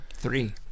three